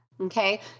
Okay